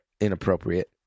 inappropriate